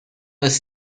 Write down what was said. ist